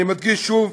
אני מדגיש שוב,